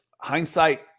hindsight